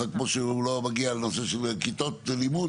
כמו שהוא לא מגיע לנושא של כיתות לימוד,